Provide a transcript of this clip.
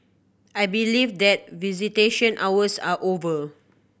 I believe that visitation hours are over